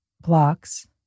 blocks